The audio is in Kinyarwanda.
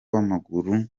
w’amaguru